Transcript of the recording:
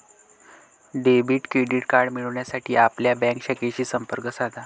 debit credit card मिळविण्यासाठी आपल्या bank शाखेशी संपर्क साधा